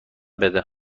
بده